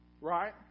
right